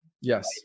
Yes